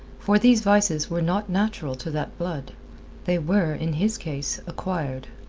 for these vices were not natural to that blood they were, in his case, acquired.